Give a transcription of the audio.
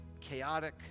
chaotic